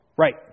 Right